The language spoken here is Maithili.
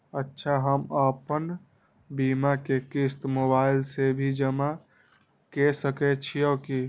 अच्छा हम आपन बीमा के क़िस्त मोबाइल से भी जमा के सकै छीयै की?